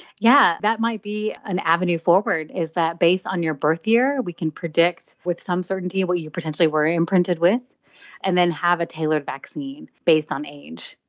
yeah that might be an avenue forward, is that based on your birth year we can predict with some certainty what you potentially were imprinted with and then have a tailored vaccine based on age.